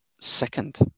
Second